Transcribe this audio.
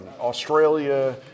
Australia